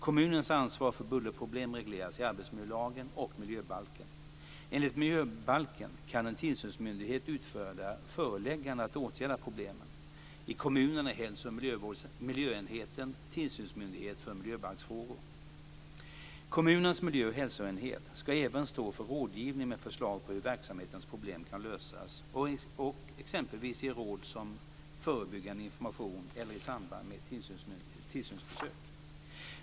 Kommunens ansvar för bullerproblem regleras i arbetsmiljölagen och miljöbalken. Enligt miljöbalken kan en tillsynsmyndighet utfärda förelägganden att åtgärda problemen. I kommunen är hälso och miljöenheten tillsynsmyndighet för miljöbalksfrågor. Kommunens miljö och hälsoenhet ska även stå för rådgivning med förslag på hur verksamhetens problem kan lösas och exempelvis ge råd som förebyggande information eller i samband med tillsynsbesök.